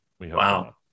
Wow